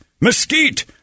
mesquite